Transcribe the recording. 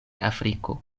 afriko